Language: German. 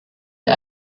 der